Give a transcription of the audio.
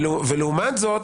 לעומת זאת,